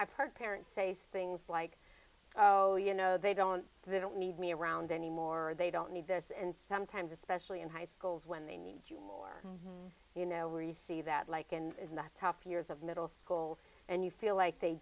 i've heard parents say things like oh you know they don't they don't need me around anymore they don't need this and sometimes especially in high schools when they need you more you know where you see that like and that tough years of middle school and you feel like they